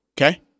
Okay